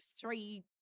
three